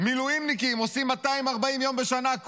מילואימניקים עושים 240 יום בשנה,